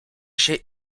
się